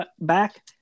back